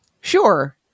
Sure